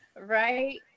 Right